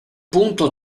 punto